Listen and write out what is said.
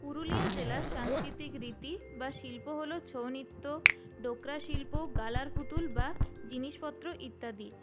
পুরুলিয়া জেলার সাংস্কৃতিক রীতি বা শিল্প হলো ছৌ নৃত্য ডোকরা শিল্প গালার পুতুল বা জিনিসপত্র ইত্যাদি